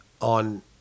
on